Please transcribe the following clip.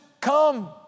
come